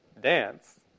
dance